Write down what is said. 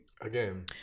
Again